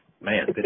Man